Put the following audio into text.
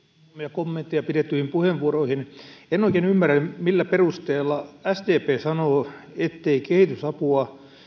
kommentteja pidettyihin puheenvuoroihin en oikein ymmärrä millä perusteella sdp sanoo ettei kehitysapua